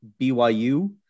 BYU